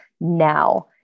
now